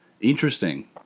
Interesting